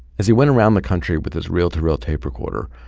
as he went around the country with his reel-to-reel tape recorder,